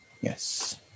Yes